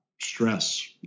stress